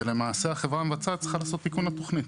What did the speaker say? ולמעשה החברה המבצעת צריכה לעשות תיקון לתוכנית.